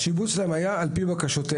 השיבוץ שלהם היה על פי בקשותיהם.